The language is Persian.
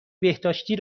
بهداشتی